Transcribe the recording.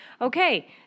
Okay